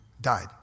died